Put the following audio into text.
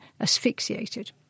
asphyxiated